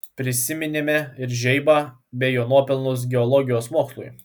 prisiminėme ir žeibą bei jo nuopelnus geologijos mokslui